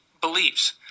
beliefs